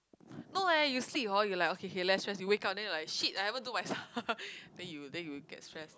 no leh you sleep hor you like okay K less stress you wake up then like shit I haven't do my stuff then you then you will get stress